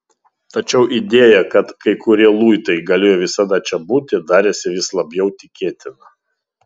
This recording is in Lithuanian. tačiau idėja kad kai kurie luitai galėjo visada čia būti darėsi vis labiau tikėtina